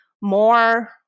more